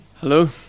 Hello